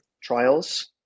trials